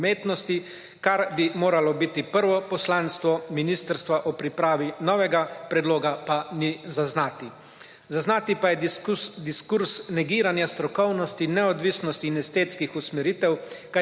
kar bi moralo biti prvo poslanstvo ministrstva ob pripravi novega predloga pa ni zaznati. Zaznati pa je diskurz negiranja strokovnosti, neodvisnosti in estetskih usmeritev,